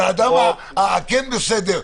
על האדם שכן בסדר,